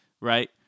right